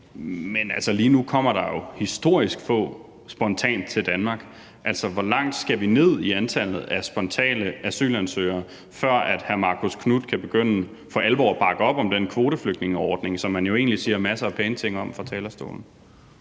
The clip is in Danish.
lige nu kommer der jo historisk få spontant til Danmark. Altså, hvor langt skal vi ned i antallet af spontane asylansøgere, før hr. Marcus Knuth kan begynde for alvor at bakke op om den kvoteflygtningeordning, som man jo egentlig siger masser af pæne ting om fra talerstolen?